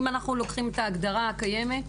אם אנחנו לוקחים את ההגדרה הקיימת,